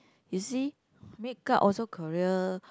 you see make up also Korea